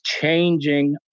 changing